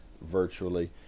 virtually